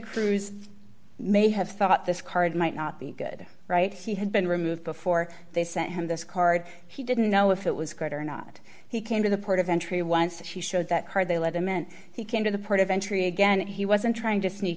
cruise may have thought this card might not be good right he had been removed before they sent him this card he didn't know if it was good or not he came to the port of entry once he showed that card they let him and he came to the port of entry again and he wasn't trying to